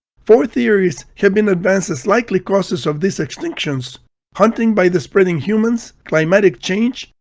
four theories have been advanced as likely causes of these extinctions hunting by the spreading humans, climatic change,